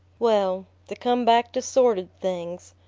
well, to come back to sordid things,